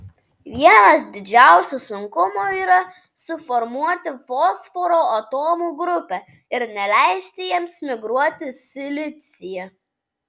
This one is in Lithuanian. vienas didžiausių sunkumų yra suformuoti fosforo atomų grupę ir neleisti jiems migruoti silicyje